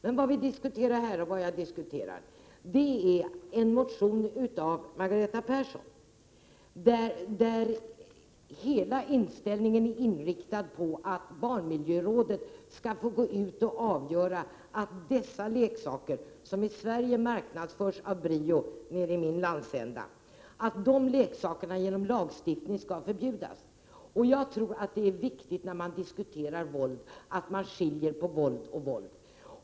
Men vad vi diskuterar här är en motion av Margareta Persson, vilken är helt inriktad på att barnmiljörådet skall få gå ut och avgöra att dessa leksaker, som i Sverige marknadsförs av BRIO, beläget nere i min landsända, genom lagstiftning skall förbjudas. Jag tror det är viktigt att vi, när vi diskuterar våld, skiljer på våld och våld.